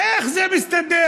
איך זה מסתדר?